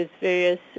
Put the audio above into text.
various